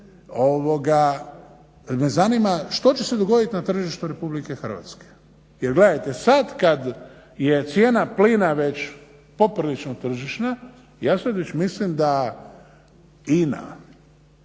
me zanima što će se dogoditi na tržištu Republike Hrvatske. Jer gledajte sada kada je cijena plina već poprilično tržišna ja sada već mislim da INA,